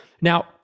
Now